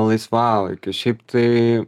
laisvalaikiu šiaip tai